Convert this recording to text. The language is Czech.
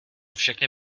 všechny